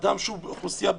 אדם שהוא אוכלוסייה בסיכון,